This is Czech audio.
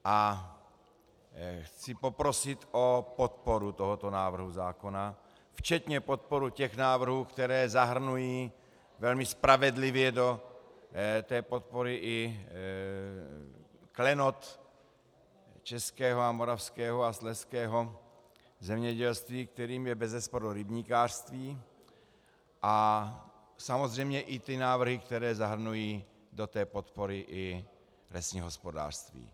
A chci poprosit o podporu tohoto návrhu zákona včetně podpory těch návrhů, které zahrnují velmi spravedlivě do té podpory i klenot českého, moravského a slezského zemědělství, kterým je bezesporu rybníkářství, a samozřejmě i ty návrhy, které zahrnují do té podpory i lesní hospodářství.